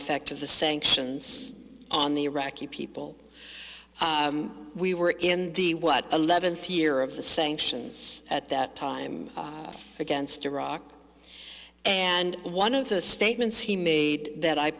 effect of the sanctions on the iraqi people we were in the what eleventh year of the sanctions at that time against iraq and one of the statements he made that i